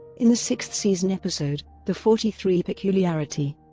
in the sixth-season episode, the forty three peculiarity,